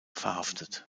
verhaftet